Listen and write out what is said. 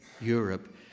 Europe